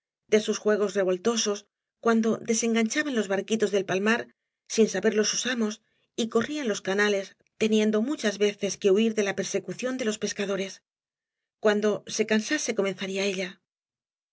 de sus juegos revoltosos cuan do desenganchaban los barquitos del palmar sin saberlo sus amos y corrían los canales teniendo muchas veces que huir de la persecución de les pescadores cuando so cansase comenzaría ella